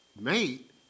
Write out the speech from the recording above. mate